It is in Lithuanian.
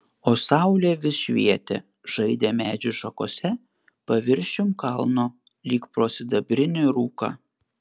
o saulė vis švietė žaidė medžių šakose paviršium kalno lyg pro sidabrinį rūką